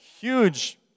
huge